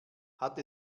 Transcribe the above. hat